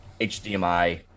HDMI